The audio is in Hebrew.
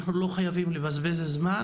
אנחנו לא חייבים לבזבז בזמן,